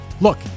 look